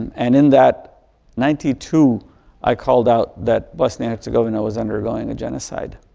and in that ninety two i called out that bosnia-herzegovina was undergoing a genocide.